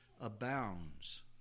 abounds